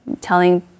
telling